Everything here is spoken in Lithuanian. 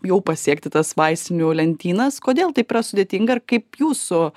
jau pasiekti tas vaistinių lentynas kodėl taip yra sudėtinga ir kaip jūsų